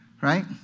Right